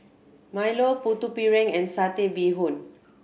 Milo Putu Piring and Satay Bee Hoon